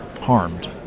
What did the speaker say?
harmed